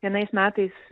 vienais metais